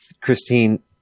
Christine